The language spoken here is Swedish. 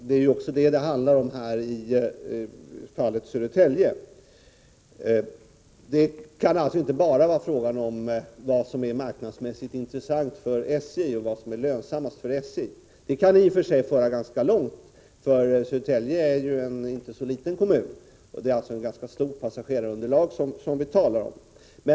Det är vad det handlar om i fallet Södertälje. Det kan alltså inte bara vara en fråga om vad som är marknadsmässigt intressant eller lönsammast för SJ. Detta kan i och för sig föra ganska långt, eftersom Södertälje är en inte så liten kommun och vi talar om ett ganska stort passagerarunderlag.